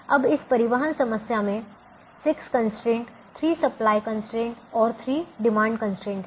अब इस परिवहन समस्या में 6 कंस्ट्रेंट 3 सप्लाई कंस्ट्रेंट और 3 डिमांड कंस्ट्रेंट हैं